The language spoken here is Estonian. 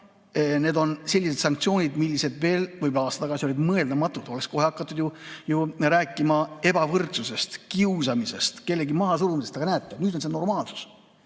Need on sellised sanktsioonid, millised veel võib-olla aasta tagasi olid mõeldamatud. Oleks kohe hakatud ju rääkima ebavõrdsusest, kiusamisest, kellegi mahasurumisest, aga näete, nüüd on see normaalsus.